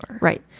Right